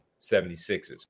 76ers